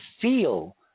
feel